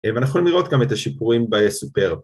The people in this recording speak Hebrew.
‫ואנחנו יכולים לראות גם את השיפורים ....